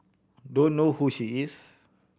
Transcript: don't know who she is